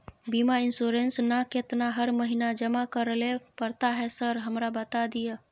बीमा इन्सुरेंस ना केतना हर महीना जमा करैले पड़ता है सर हमरा बता दिय?